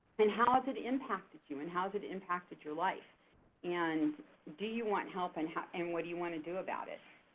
and how has it impacted you and how has it impacted your life and do you want help and and what do you want to do about it?